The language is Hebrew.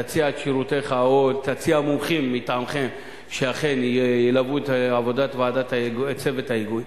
תציע את שירותיך או תציע מומחים מטעמכם שאכן ילוו את עבודת צוות ההיגוי.